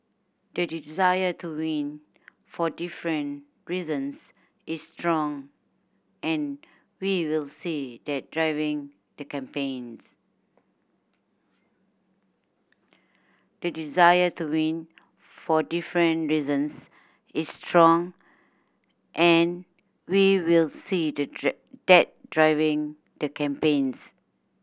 the desire to win for different reasons is strong and we will see that driving the campaigns the desire to win for different reasons is strong and we will see the driving that driving the campaigns